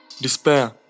despair